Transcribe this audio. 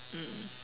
mm